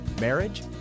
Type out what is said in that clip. marriage